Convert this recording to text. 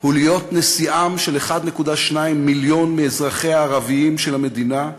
הוא להיות נשיאם של 1.2 מיליון מאזרחיה הערבים של המדינה,